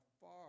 far